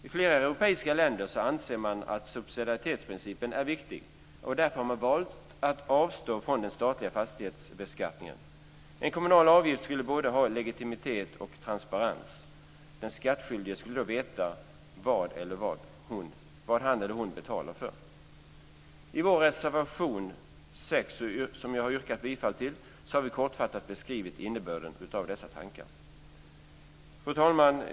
I flera europeiska länder anser man att subsidiaritetsprincipen är viktig. Därför har man valt att avstå från statlig fastighetsbeskattning. En kommunal avgift skulle både ha legitimitet och transparens. Den skattskyldige skulle då veta vad han eller hon betalar för. I vår reservation nr 6, som jag har yrkat bifall till, har vi kortfattat beskrivit innebörden av dessa tankar. Fru talman!